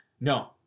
No